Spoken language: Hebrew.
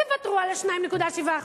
תוותרו על 2.7%,